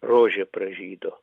rožė pražydo